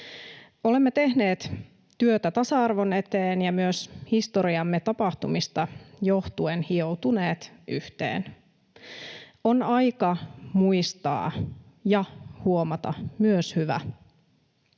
Olemme tehneet työtä tasa-arvon eteen ja myös historiamme tapahtumista johtuen hioutuneet yhteen. On aika muistaa ja huomata myös hyvä.